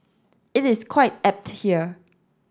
it is quite apt here